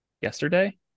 yesterday